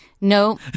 No